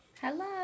hello